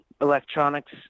electronics